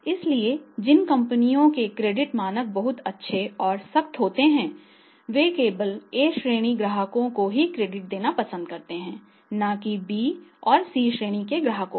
इसलिए जिन कंपनियों के क्रेडिट मानक बहुत अच्छे और सख्त होते हैं वे केवल A श्रेणी के ग्राहकों को ही क्रेडिट देना पसंद करते हैं न कि B और C श्रेणी के ग्राहकों को